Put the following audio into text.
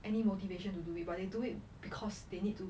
any motivation to do it but they do it because they need to